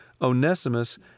Onesimus